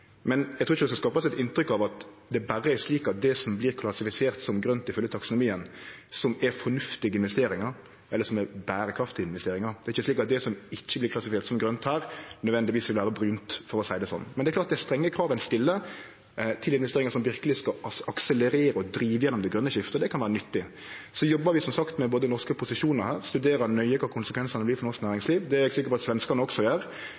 Men eg trur ikkje ein skal skape eit inntrykk av at det berre er det som vert klassifisert som grønt ifølgje taksonomien, som er fornuftige investeringar, eller som er berekraftige investeringar. Det er ikkje slik at det som ikkje vert klassifisert som grønt her, nødvendigvis vil vere brunt, for å seie det slik. Men det er klart at ein stiller strenge krav til investeringar som verkeleg skal akselerere og drive igjennom det grøne skiftet, og det kan vere nyttig. Vi jobbar som sagt med norske posisjonar, studerer nøye kva konsekvensane vert for norsk næringsliv, og det er eg sikker på at også svenskane gjer